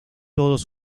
todos